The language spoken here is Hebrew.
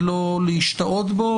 ולא להשתהות בו.